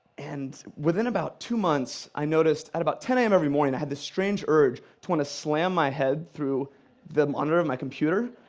and within about two months, i noticed at about ten am every morning i had this strange urge to want to slam my head through the monitor of my computer.